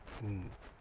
mm